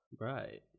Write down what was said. Right